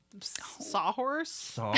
Sawhorse